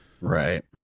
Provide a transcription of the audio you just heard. right